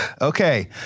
Okay